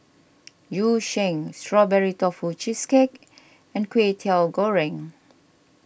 Yu Sheng Strawberry Tofu Cheesecake and Kway Teow Goreng